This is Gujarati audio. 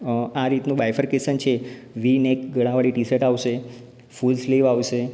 આ રીતનો બાયફરકેશન છે વી નેક ગલાવાળી ટી શર્ટ આવશે ફુલ સ્લીવ આવશે